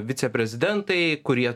viceprezidentai kurie